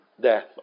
death